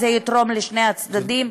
זה יתרום לשני הצדדים.